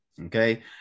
okay